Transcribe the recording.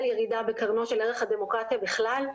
הירידה בקרנו של ערך הדמוקרטיה בכלל,